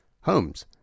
homes